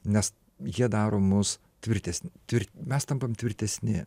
nes jie daro mus tvirtesni ir mes tampame tvirtesni